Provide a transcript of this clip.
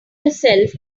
yourself